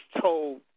told